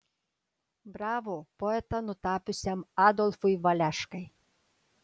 bravo poetą nutapiusiam adolfui valeškai